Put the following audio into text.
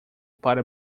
para